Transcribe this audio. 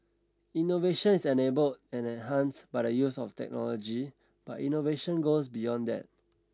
innovation is enabled and enhanced by the use of technology but innovation goes beyond that